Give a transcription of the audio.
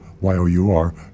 Y-O-U-R